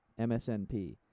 MSNP